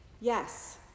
Yes